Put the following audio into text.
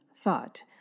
thought